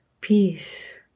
peace